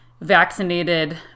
vaccinated